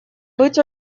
быть